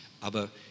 Aber